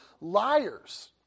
liars